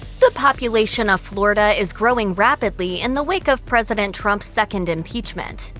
the population of florida is growing rapidly in the wake of president trump's second impeachment.